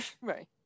Right